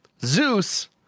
Zeus